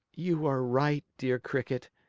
you are right, dear cricket.